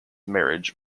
marriage